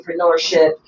entrepreneurship